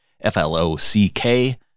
F-L-O-C-K